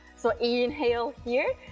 so inhale here,